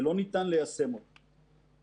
ולא ניתן ליישם אותה